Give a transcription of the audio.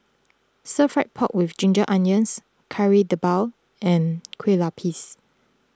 Stir Fry Pork with Ginger Onions Kari Debal and Kueh Lupis